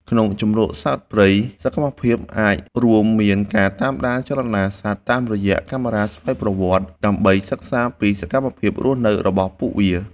ក្នុងជម្រកសត្វព្រៃ សកម្មភាពអាចរួមមានការតាមដានចលនាសត្វតាមរយៈកាមេរ៉ាស្វ័យប្រវត្តិ ដើម្បីសិក្សាពីសកម្មភាពរស់នៅរបស់ពួកវា។